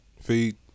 feed